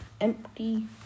empty